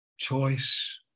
choice